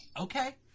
Okay